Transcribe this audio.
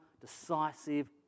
decisive